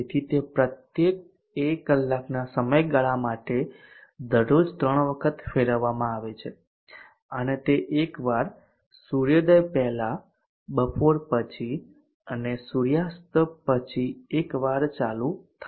તેથી તે પ્રત્યેક એક કલાકના સમયગાળા માટે દરરોજ ત્રણ વખત ફેરવવામાં આવે છે અને તે એકવાર સૂર્યોદય પહેલા બપોર પછી અને સૂર્યાસ્ત પછી એકવાર ચાલુ થાય છે